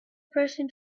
person